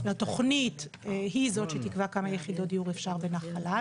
התוכנית היא זו שתקבע כמה יחידות דיור אפשר בנחלה.